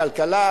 הכלכלה,